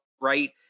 right